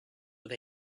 with